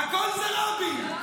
הכול זה רבין.